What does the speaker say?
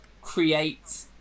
create